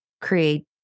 create